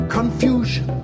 Confusion